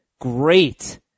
great